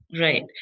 Right